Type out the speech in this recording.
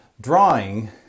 drawing